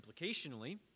implicationally